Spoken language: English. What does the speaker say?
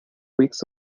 weeks